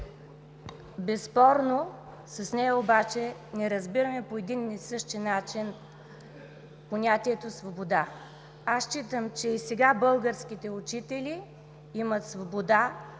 Безспорно с нея обаче не разбираме по един и същи начин понятието „свобода“. Аз смятам, че и сега българските учители имат свобода